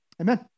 Amen